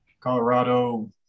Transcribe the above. Colorado